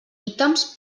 ítems